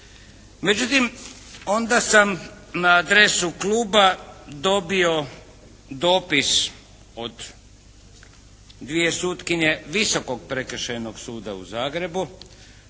Međutim, onda sam na adresu kluba dobio dopis od dvije sutkinje Visokog prekršajnog suda u Zagrebu